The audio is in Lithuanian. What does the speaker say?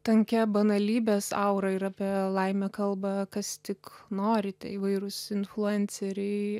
tankia banalybės aura ir apie laimę kalba kas tik nori tai įvairūs influenceriai